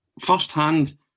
firsthand